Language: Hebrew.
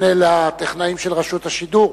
יפנה לטכנאים של רשות השידור.